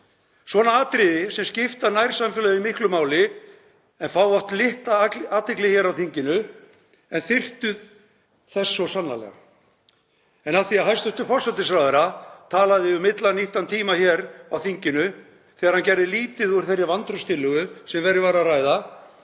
Svona atriði, sem skipta nærsamfélagið miklu máli, fá oft litla athygli hér á þinginu en þyrftu þess svo sannarlega. En af því að hæstv. forsætisráðherra talaði um illa nýttan tíma hér á þinginu þegar hann gerði lítið úr þeirri vantrauststillögu sem verið var að ræða